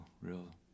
real